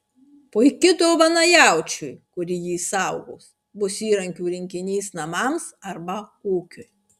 puiki dovana jaučiui kuri jį saugos bus įrankių rinkinys namams arba ūkiui